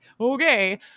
okay